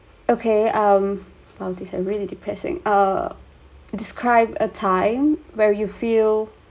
okay um !wow! this I really depressing uh describe a time where you feel